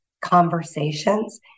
conversations